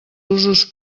usos